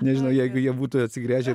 nežinau jeigu jie būtų atsigręžę